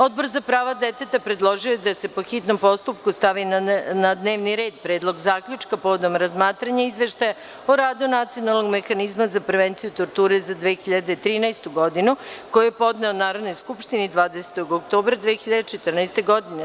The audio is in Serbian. Odbor za prava deteta predložio je da se po hitnom postupku stavi na dnevni red Predlog zaključka povodom razmatranja Izveštaja o radu Nacionalnog mehanizma za prevenciju torture za 2013. godinu, koji je podneo Narodnoj skupštini 20. oktobra 2014. godine.